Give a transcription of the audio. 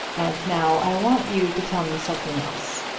and now i want you to tell me something else.